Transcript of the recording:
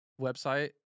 website